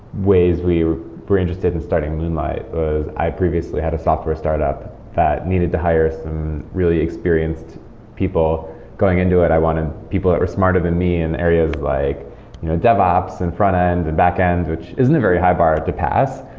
ways we were interested in starting moonlight was i previously had a software startup that needed to hire some really experienced people going into it. i wanted people that were smarter than me in areas like you know devops and front-end and back-end, which isn't a very high bar to pass,